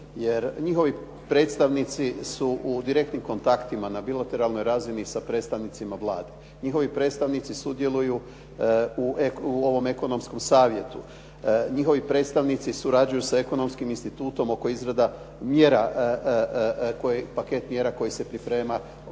jer njihovi predstavnici su u direktnim kontaktima na bilateralnoj razini sa predstavnicima Vlade. Njihovi predstavnici sudjeluju u ovom ekonomskom savjetu, njihovi predstavnici surađuju sa Ekonomskim institutom oko izrade paketa mjera koji se priprema vezano